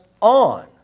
on